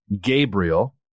Gabriel